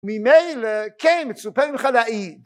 ממילא, כן! מצופה ממך להעיד!